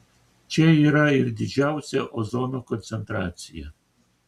čia yra ir didžiausia ozono koncentracija